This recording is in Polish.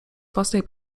własnej